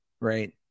right